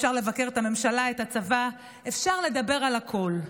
אפשר לבקר את הממשלה, את הצבא, אפשר לדבר על הכול.